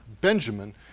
Benjamin